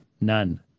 None